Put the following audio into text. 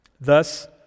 Thus